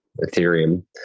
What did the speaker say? Ethereum